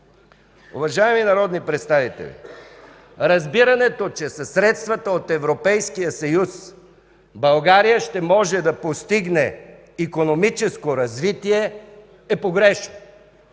Уважаеми народни представители, разбирането, че със средствата от Европейския съюз България ще може да постигне икономическо развитие, е погрешно.